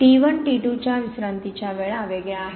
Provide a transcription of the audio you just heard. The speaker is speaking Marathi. T 1 T 2 च्या विश्रांतीच्या वेळा वेगळ्या आहेत